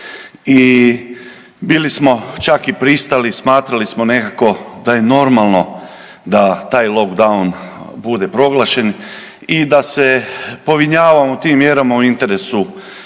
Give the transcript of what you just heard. i bili smo čak i pristali, smatrali smo nekako da je normalno da taj lockdown bude proglašen i da se povinjavamo tim mjerama u interesu